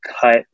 cut